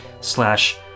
slash